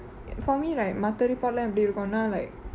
for me right மத்த:mattae report லா எப்படி இருக்குனா:laa yepadi irukunaa like